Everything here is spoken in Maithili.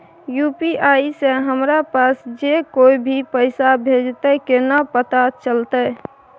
यु.पी.आई से हमरा पास जे कोय भी पैसा भेजतय केना पता चलते?